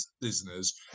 listeners